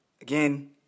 Again